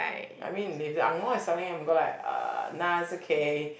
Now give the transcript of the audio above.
I mean they if the angmoh is selling I'm gonna like uh nah is okay